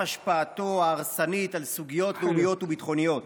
השפעתו ההרסנית על סוגיות לאומיות וביטחוניות.